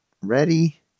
ready